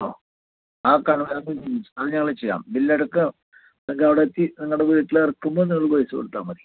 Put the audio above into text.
അ ആ കാര്യങ്ങളൊക്കെ ആത് ഞങ്ങള് ചെയ്യാം ബില്ലടക്കം ഞങ്ങളവിടെത്തി നിങ്ങളുടെ വീട്ടിലിറക്കുമ്പോൾ നിങ്ങള് പൈസ കൊടുത്താൽ മതി